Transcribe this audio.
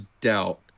doubt